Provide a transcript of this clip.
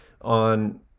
on